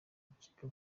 gukeka